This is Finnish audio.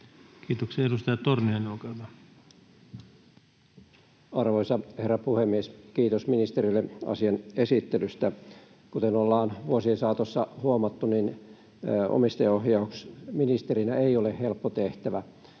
Kiitoksia. — Edustaja Torniainen, olkaa hyvä. Arvoisa herra puhemies! Kiitos ministerille asian esittelystä. Kuten ollaan vuosien saatossa huomattu, niin omistajaohjausministerillä ei ole helppo tehtävä.